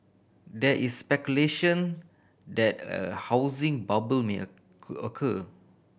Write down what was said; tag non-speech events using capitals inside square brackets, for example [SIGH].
there is speculation that a housing bubble may [UNINTELLIGIBLE] occur